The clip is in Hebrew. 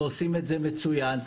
ועושים את זה מצוין.